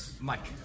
Mike